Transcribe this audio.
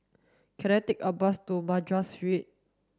can I take a bus to Madras Street